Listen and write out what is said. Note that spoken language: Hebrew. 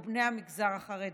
או בני המגזר החרדי.